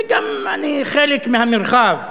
וגם אני חלק מהמרחב,